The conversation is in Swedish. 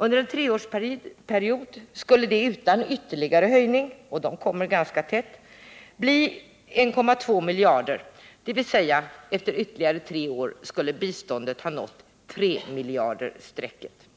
Under en treårsperiod skulle detta utan ytterligare höjningar — och de kommer ganska tätt — bli 1,2 miljarder, dvs. efter ytterligare tre år skulle biståndet ha nått tremiljardersstrecket.